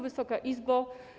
Wysoka Izbo!